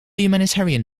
humanitarian